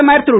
பிரதமர் திரு